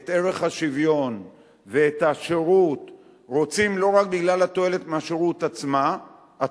את ערך השוויון ואת השירות רוצים לא רק בגלל התועלת מהשירות עצמו,